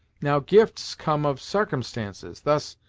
now, gifts come of sarcumstances. thus,